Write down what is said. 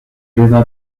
leva